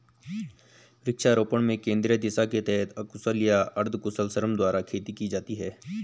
वृक्षारोपण में केंद्रीय दिशा के तहत अकुशल या अर्धकुशल श्रम द्वारा खेती की जाती है